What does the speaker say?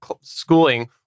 schooling